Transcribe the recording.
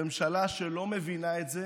ממשלה שלא מבינה את זה